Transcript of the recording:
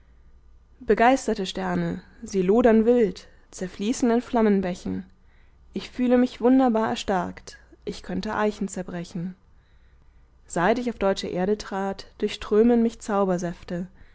begeisterte sterne sie lodern wild zerfließen in flammenbächen ich fühle mich wunderbar erstarkt ich könnte eichen zerbrechen seit ich auf deutsche erde trat durchströmen mich